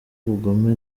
ubugome